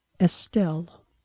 Estelle